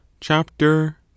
chapter